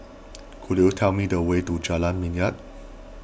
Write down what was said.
could you tell me the way to Jalan Minyak